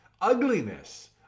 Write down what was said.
ugliness